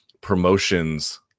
promotions